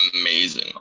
amazing